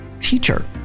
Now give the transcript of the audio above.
Teacher